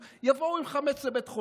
בשמחה.